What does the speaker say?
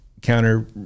counter